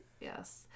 Yes